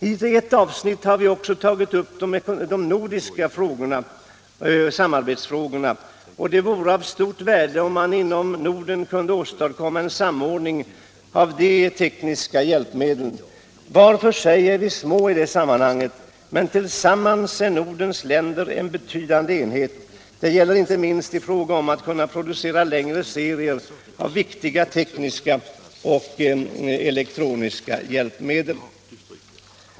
I ett avsnitt har vi också tagit upp de nordiska samarbetsfrågorna. Det vore av stort värde, om man inom Norden kunde åstadkomma en samordning i fråga om de tekniska hjälpmedlen. Var för sig är vi små i sammanhanget, men tillsammans är Nordens länder en betydande enhet, inte minst när det gäller att producera längre serier av viktiga tekniska och elektroniska hjälpmedel.